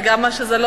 זה גם מה שזה,